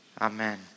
amen